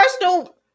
personal